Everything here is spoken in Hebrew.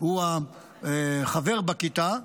שהוא חבר בכיתה,